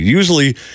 Usually